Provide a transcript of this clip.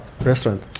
restaurant